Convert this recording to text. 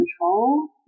control